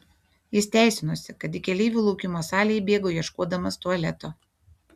jis teisinosi kad į keleivių laukimo salę įbėgo ieškodamas tualeto